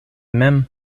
mem